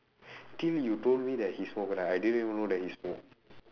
till you told me that he smoke right I didn't even know that he smoke